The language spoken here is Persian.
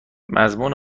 مضمون